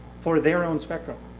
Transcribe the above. for their own spectrum.